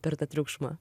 per tą triukšmą